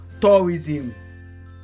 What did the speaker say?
tourism